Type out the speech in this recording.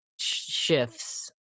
shifts